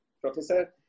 Professor